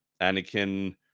Anakin